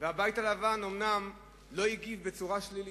והבית הלבן אומנם לא הגיב בצורה שלילית.